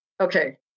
okay